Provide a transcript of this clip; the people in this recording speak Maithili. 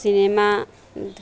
सिनेमा देखै